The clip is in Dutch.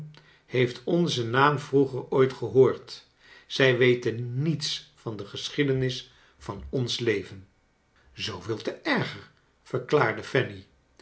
heeft onzen naam vroeger ooit gehoord zij wet en niets van de geschiedenis van ons leven zooveel te erger verklaarde